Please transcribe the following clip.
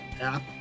app